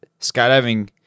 skydiving